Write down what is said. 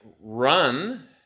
run